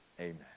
Amen